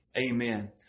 Amen